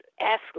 ask